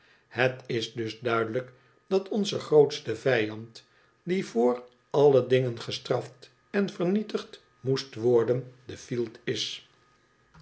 het is dus duidelijk dat onze grootste vijand die vr alle dingen gestraft en vernietigd moest worden de fielt is